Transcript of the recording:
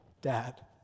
Dad